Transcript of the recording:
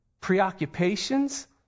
preoccupations